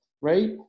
right